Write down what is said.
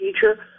teacher